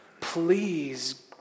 please